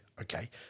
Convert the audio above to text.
Okay